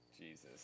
Jesus